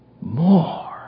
more